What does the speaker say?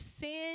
sin